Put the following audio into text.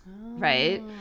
Right